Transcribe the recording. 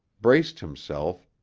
braced himself,